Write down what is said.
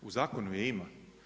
U zakon je ima.